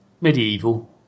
Medieval